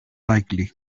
likely